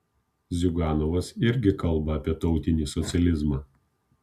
ziuganovas irgi kalba apie tautinį socializmą